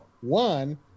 one